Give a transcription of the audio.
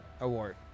Award